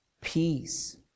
peace